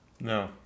no